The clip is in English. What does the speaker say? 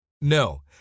No